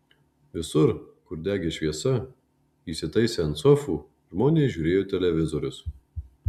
visur kur degė šviesa įsitaisę ant sofų žmonės žiūrėjo televizorius